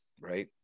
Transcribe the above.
right